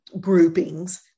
groupings